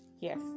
Yes